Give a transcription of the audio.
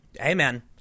Amen